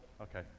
Okay